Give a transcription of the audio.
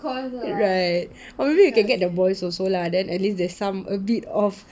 right or maybe we can get the boys also lah then at least there's some a bit of